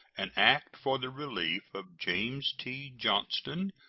an act for the relief of james t. johnston,